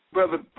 Brother